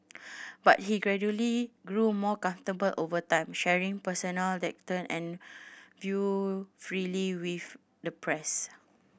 but he gradually grew more comfortable over time sharing personal anecdote and view freely with the press